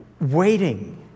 Waiting